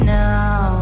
now